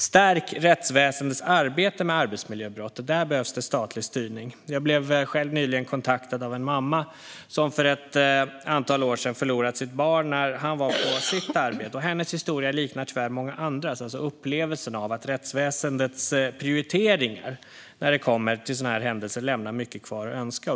Stärk rättsväsendets arbete med arbetsmiljöbrott! Där behövs det statlig styrning. Jag blev själv nyligen kontaktad av en mamma som för ett antal år sedan förlorat sitt barn när han var på sitt arbete. Hennes historia liknar tyvärr många andras, det vill säga upplevelsen av att rättsväsendets prioriteringar när det kommer till sådana här händelser lämnar mycket övrigt att önska.